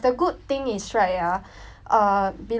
uh below is ala carte dishes